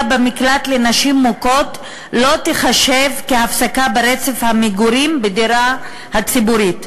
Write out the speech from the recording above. במקלט לנשים מוכות לא תיחשב הפסקה ברצף המגורים בדירה הציבורית.